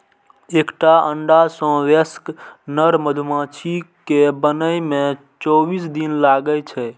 एकटा अंडा सं वयस्क नर मधुमाछी कें बनै मे चौबीस दिन लागै छै